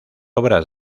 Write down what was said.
obras